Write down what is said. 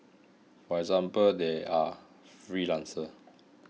for example they are freelancers